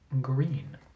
green